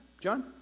John